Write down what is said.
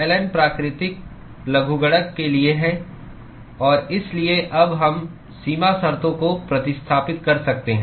ln प्राकृतिक लघुगणक के लिए है और इसलिए अब हम सीमा शर्तों को प्रतिस्थापित कर सकते हैं